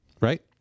right